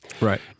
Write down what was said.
Right